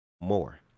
more